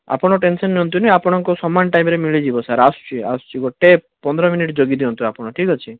ଆପଣ ଟେନସନ ନିଅନ୍ତୁନି ଆପଣଙ୍କୁ ସମାନ ଟାଇମ ରେ ମିଳିଯିବ ସାର୍ ଆସୁଛି ଆସୁଛି ଗୋଟେ ପନ୍ଦର ମିନିଟ୍ ଯଗିଦିଅନ୍ତୁ ଆପଣ ଠିକ ଅଛି